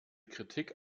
kritik